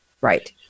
Right